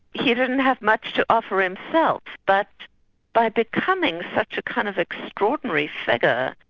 he didn't have much to offer himself, but by becoming such a kind of extraordinary figure,